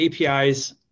APIs